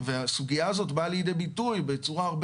והסוגיה הזאת באה לידי ביטוי בצורה הרבה